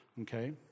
Okay